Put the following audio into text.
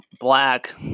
black